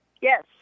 yes